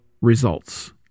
results